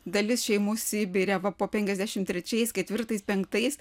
dalis šeimų sibire va po penkiasdešimt trečiais ketvirtais penktais